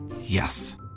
Yes